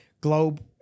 Globe